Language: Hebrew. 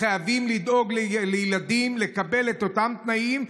חייבים לדאוג לילדים שיקבלו את אותם תנאים,